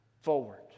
Forward